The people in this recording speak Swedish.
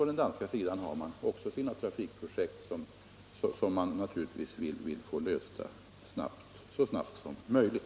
På den danska sidan har man sålunda också sina trafikprojekt som man naturligtvis vill få genomförda så snabbt som möjligt.